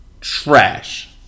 Trash